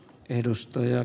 puhemies